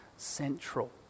central